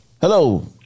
Hello